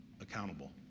accountable